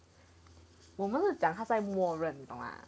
我们是讲她在默认你懂吗